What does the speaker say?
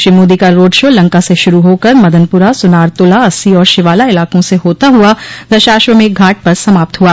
श्री मोदी का road show Lanka से शुरू होकर मदनपुरा सुनारतुला अस्सी और शिवाला इलाकों से होता हुआ दशाश्वमेघ घाट पर समाप्त हुआ